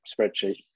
spreadsheet